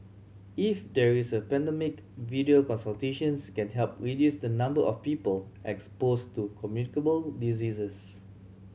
if there is a pandemic video consultations can help reduce the number of people expose to communicable diseases